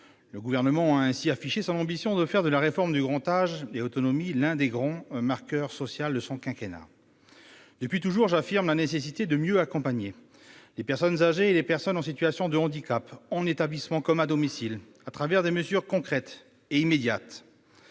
Le Gouvernement a ainsi affiché son ambition de faire de la réforme Grand âge et autonomie l'un des marqueurs sociaux importants du quinquennat. Depuis toujours, j'affirme la nécessité de mieux accompagner les personnes âgées et celles en situation de handicap, qu'elles soient en établissement ou à domicile, à travers des mesures concrètes et immédiates.